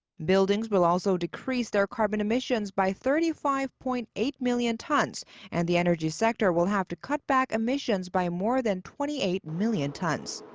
buildings will also decrease their carbon emissions by thirty five point eight million tons and the energy sector will have to cut back emissions by more than twenty eight million tons.